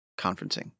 conferencing